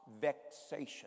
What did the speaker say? vexation